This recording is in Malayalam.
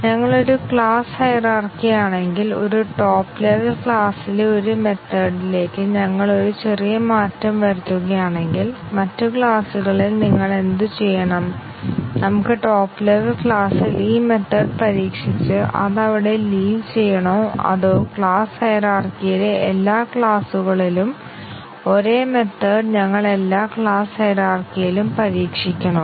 ഞങ്ങൾ ഒരു ക്ലാസ്സ് ഹയിരാർക്കി ആണെങ്കിൽ ഒരു ടോപ്പ് ലെവൽ ക്ലാസിലെ ഒരു മെത്തേഡിലേക്ക് ഞങ്ങൾ ഒരു ചെറിയ മാറ്റം വരുത്തുകയാണെങ്കിൽ മറ്റ് ക്ലാസുകളിൽ നിങ്ങൾ എന്തുചെയ്യണം നമുക്ക് ടോപ്പ് ലെവൽ ക്ലാസിൽ ഈ മെത്തേഡ് പരീക്ഷിച്ച് അത് അവിടെ ലീവ് ചെയ്യണോ അതോ ക്ലാസ് ഹയിരാർക്കിയിലെ എല്ലാ ക്ലാസുകളിലും ഒരേ മെത്തേഡ് ഞങ്ങൾ എല്ലാ ക്ലാസ് ഹയിരാർക്കിയിലും പരീക്ഷിക്കണോ